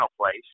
place